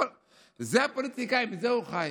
זה הפוליטיקאי ומזה הוא חי.